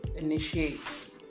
initiates